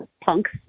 punks